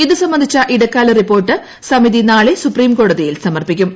ഇതു സംബന്ധിച്ച ഇടക്കാല റിപ്പോർട്ട് സമിതി സുപ്രീം കോടതിയിൽ സമർപ്പിക്കും